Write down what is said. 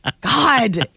God